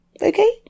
okay